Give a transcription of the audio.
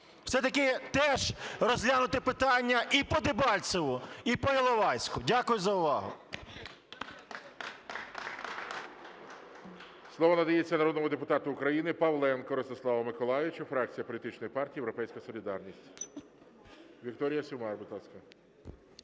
все-таки теж розглянути питання і по Дебальцевому, і по Іловайську. Дякую за увагу.